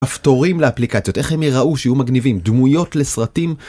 כפתורים לאפליקציות, איך הם יראו שיהיו מגניבים דמויות לסרטים?